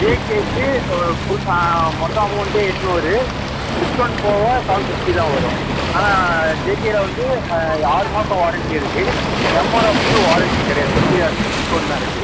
ஜேகேவுக்கு ஒரு மொத்தம் அமௌண்ட்டே எட்நூறு டிஸ்கௌண்ட் போக செவன் ஃபிஃப்ட்டி தான் வரும் ஆனால் ஜேகேவில் வந்து ஆறு மாதம் வாரண்ட்டி இருக்குது எம்ஆர்எஃப்க்கு வாரண்ட்டி கிடையாது ஒன்லி அதுக்கு டிஸ்கௌண்ட் தான் இருக்குது